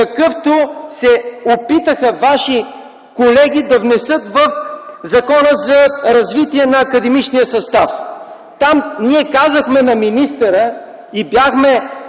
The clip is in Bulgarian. какъвто се опитаха Ваши колеги да внесат в Закона за развитие на академичния състав. Там ние казахме на министъра, бяхме